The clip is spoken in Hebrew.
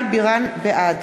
בעד